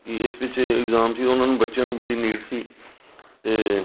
ਵੀ ਇਸ ਪਿੱਛੇ ਇਗਜ਼ਾਮ ਸੀ ਉਹਨਾਂ ਨੂੰ ਬੱਚਿਆਂ ਨੂੰ ਬੜੀ ਨੀਡ ਸੀ ਅਤੇ